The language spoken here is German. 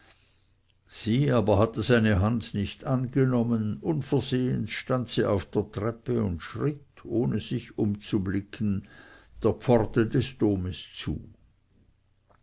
sie aber hatte seine hand nicht angenommen unversehens stand sie auf der treppe und schritt ohne sich umzublicken der pforte des domes zu